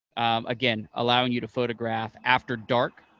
again, allowing you to photograph after dark,